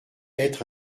être